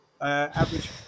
average